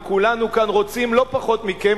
וכולנו כאן רוצים לא פחות מכם,